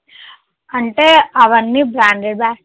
అంటే అవన్నీ branded bag